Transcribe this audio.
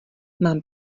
mám